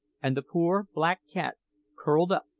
and the poor black cat curled up,